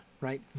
Right